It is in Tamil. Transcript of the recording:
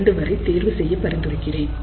2 வரை தேர்வு செய்ய பரிந்துரைத்திருந்தேன்